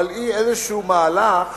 אבל היא איזשהו מהלך